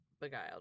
beguiled